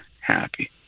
happy